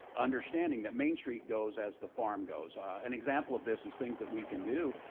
understanding that main street goes as the farm goes. ah an example of this is things that we can do,